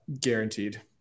Guaranteed